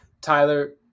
Tyler